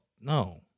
no